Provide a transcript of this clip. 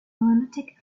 lunatic